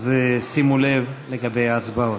אז שימו לב לגבי ההצבעות.